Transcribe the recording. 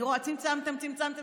אני רואה: צמצמתם, צמצמתם